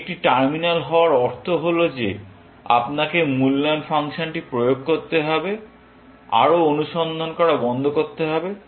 এটি একটি টার্মিনাল হওয়ার অর্থ হল যে আপনাকে মূল্যায়ন ফাংশনটি প্রয়োগ করতে হবে আরও অনুসন্ধান করা বন্ধ করতে হবে